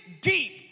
deep